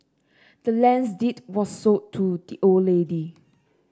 the land's deed was sold to the old lady